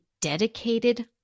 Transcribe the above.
dedicated